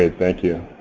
ah thank you.